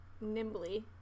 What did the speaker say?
Nimbly